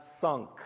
sunk